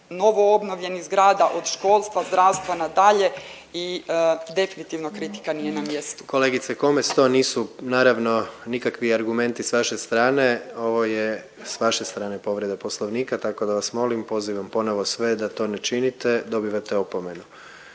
novoobnovljenih zgrada od školstva, zdravstva nadalje i definitivno kritika nije na mjestu. **Jandroković, Gordan (HDZ)** Kolegice Komes, to nisu naravno nikakvi argumenti s vaše strane, ovo je s vaše strane povreda Poslovnika, tako da vas molim i pozivam ponovo sve da to ne činite, dobivate opomenu.